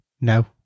no